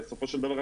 בסופו של דבר,